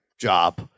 job